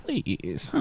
Please